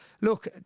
look